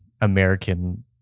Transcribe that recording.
American